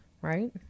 right